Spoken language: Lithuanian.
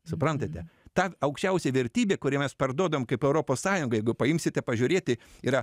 suprantate tą aukščiausią vertybę kurią mes parduodam kaip europos sąjunga jeigu paimsite pažiūrėti yra